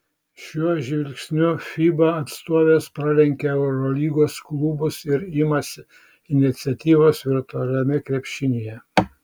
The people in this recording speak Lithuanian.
šiuo žingsniu fiba atstovės pralenkia eurolygos klubus ir imasi iniciatyvos virtualiame krepšinyje